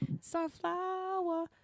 Sunflower